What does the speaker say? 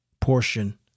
portion